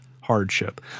hardship